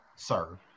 sir